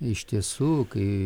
iš tiesų kai